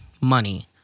money